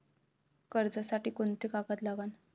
कर्जसाठी कोंते कागद लागन?